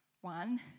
One